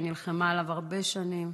היא נלחמה עליו הרבה שנים.